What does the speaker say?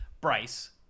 Bryce